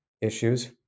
issues